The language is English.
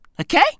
Okay